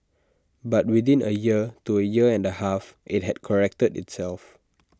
but within A year to A year and A half IT had corrected itself